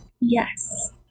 yes